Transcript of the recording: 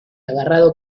agarrado